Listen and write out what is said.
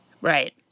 Right